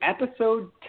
episode